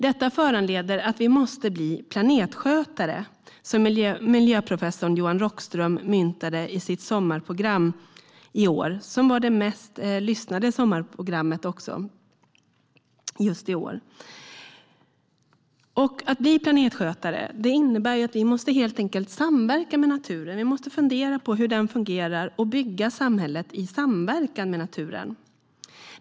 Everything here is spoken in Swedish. Detta föranleder att vi måste bli planetskötare, som miljöprofessorn Johan Rockström myntade i sitt Sommarprogram i år, som var det Sommarprogram som hade flest lyssnare i år. Att bli planetskötare innebär att vi helt enkelt måste samverka med naturen. Vi måste fundera på hur den fungerar och bygga samhället i samverkan med naturen.